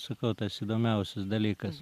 sakau tas įdomiausias dalykas